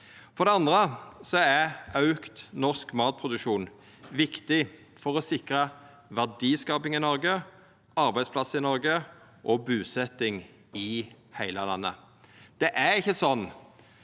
For det andre er auka norsk matproduksjon viktig for å sikra verdiskaping i Noreg, arbeidsplassar og busetjing i heile landet. Det er ikkje sånn